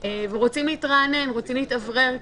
ורוצים להתרענן, רוצים להתאוורר קצת.